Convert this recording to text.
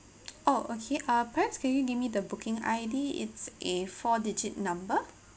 oh okay uh perhaps can you give me the booking I_D it's a four digit number